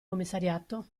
commissariato